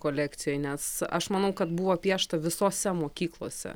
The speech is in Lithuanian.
kolekcijoj nes aš manau kad buvo piešta visose mokyklose